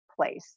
place